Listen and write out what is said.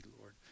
Lord